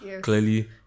clearly